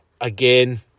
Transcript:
again